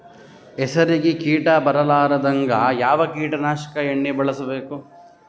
ಹೆಸರಿಗಿ ಕೀಟ ಬರಲಾರದಂಗ ಯಾವ ಕೀಟನಾಶಕ ಎಣ್ಣಿಬಳಸಬೇಕು?